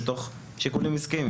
מתך שיקולים עסקיים.